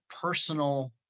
personal